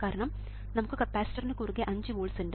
കാരണം നമുക്ക് കപ്പാസിറ്ററിന് കുറുകെ 5 വോൾട്സ് ഉണ്ട്